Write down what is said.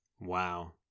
Wow